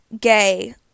gay